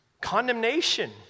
Condemnation